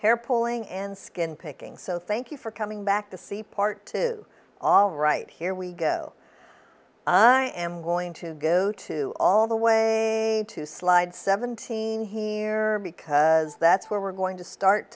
hair pulling and skin picking so thank you for coming back to see part two all right here we go i am going to go to all the way to slide seventeen he because that's where we're going to start